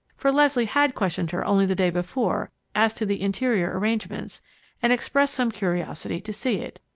for leslie had questioned her only the day before as to the interior arrangements and expressed some curiosity to see it.